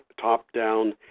top-down